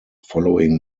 following